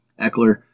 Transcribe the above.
Eckler